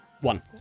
one